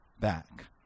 back